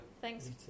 Thanks